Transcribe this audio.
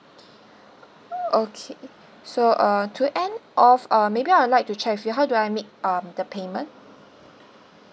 okay so uh to end of uh maybe I would like to check with you how do I make um the payment